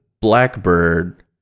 Blackbird